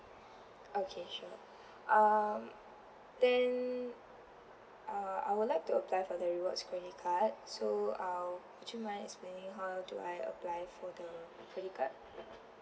okay sure uh then uh I would like to apply for the rewards credit card so uh would you mind explaining how do I apply for the credit card